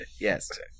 Yes